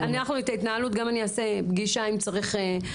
אני אעשה פגישה אם צריך, נפרדת,